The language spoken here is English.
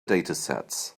datasets